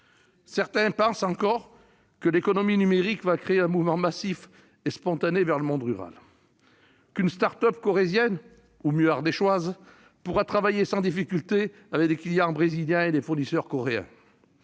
Certains pensent encore que l'économie numérique va créer un mouvement massif et spontané vers le monde rural, qu'une start-up corrézienne ou, mieux, ardéchoise pourra travailler sans difficulté avec des clients brésiliens et des fournisseurs coréens.